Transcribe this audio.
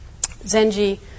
Zenji